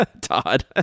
Todd